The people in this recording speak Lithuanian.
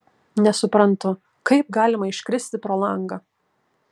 nesuprantu kaip galima iškristi pro langą